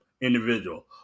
individual